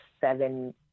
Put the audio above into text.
seven